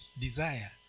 desire